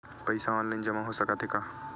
पईसा ऑनलाइन जमा हो साकत हे का?